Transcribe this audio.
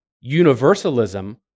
universalism